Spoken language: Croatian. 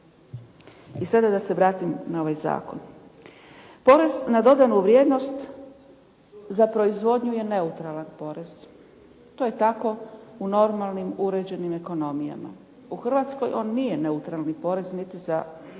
I sada da se vratim na ovaj zakon. Porez na dodanu vrijednost za proizvodnju je neutralan porez. To je tako u normalnim uređenim ekonomijama. U Hrvatskoj on nije neutralni porez niti za industriju,